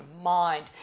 mind